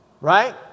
Right